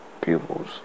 pupils